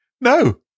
No